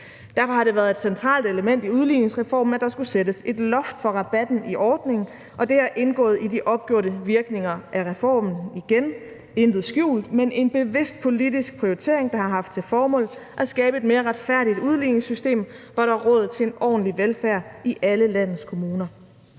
Derfor har det været et centralt element i udligningsreformen, at der skulle sættes et loft for rabatten i ordningen, og det har indgået i de opgjorte virkninger af reformen – igen intet skjult, men en bevidst politisk prioritering, der har haft til formål at skabe et mere retfærdigt udligningssystem, hvor der er råd til en ordentlig velfærd i alle landets kommuner.